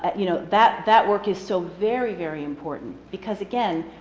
and you know that that work is so very, very important. because again,